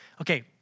Okay